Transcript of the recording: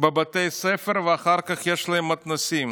בבתי ספר, ואחר כך יש להם מתנ"סים.